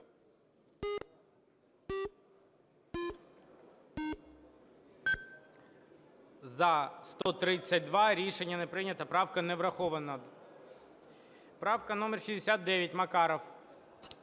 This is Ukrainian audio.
За-132 Рішення не прийнято. Правка не врахована. Правка номер 69, Макаров.